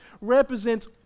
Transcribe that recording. represents